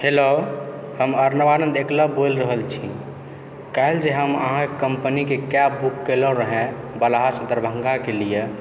hello हम अर्णव आनन्द एकलव्य बोलिरहल छी काल्हि जे हम अहाँके कम्पनीके कैब बुक केलहुँ रहै बलहा सँ दरभङ्गाके लिए